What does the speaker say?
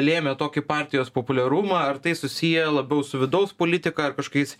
lėmė tokį partijos populiarumą ar tai susiję labiau su vidaus politika ar kažkokiais